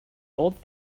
old